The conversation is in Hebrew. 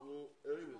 שנית,